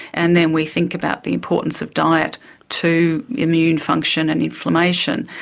and then we think about the importance of diet to immune function and inflammation,